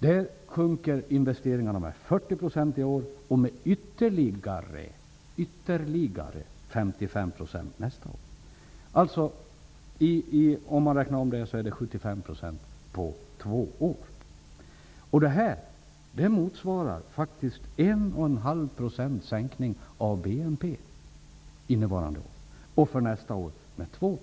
Där sjunker investeringarna med 40 % i år och med ytterligare 55 % nästa år. Det handlar alltså om en minskning med 75 % på två år. Detta motsvarar faktiskt 1,5 % sänkning av BNP innevarande år och 2 % sänkning